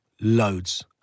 Loads